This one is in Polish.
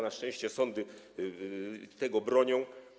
Na szczęście sądy tego bronią.